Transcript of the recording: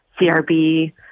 CRB